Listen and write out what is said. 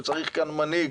שצריך כאן מנהיג